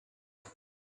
time